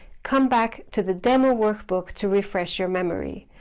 come back to the demo workbook to refresh your memory.